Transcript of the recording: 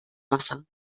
wasser